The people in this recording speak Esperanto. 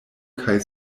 kaj